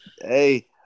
Hey